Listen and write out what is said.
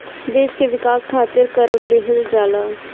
देस के विकास खारित कर लेहल जाला